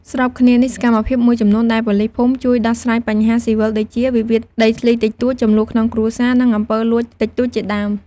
ស្របគ្នានេះ សកម្មភាពមួយចំនួនដែលប៉ូលីសភូមិជួយដោះស្រាយបញ្ហាស៊ីវិលដូចជា វិវាទដីធ្លីតិចតួច ជម្លោះក្នុងគ្រួសារ និងអំពើលួចតិចតួច ជាដើម។